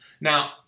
Now